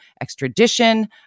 extradition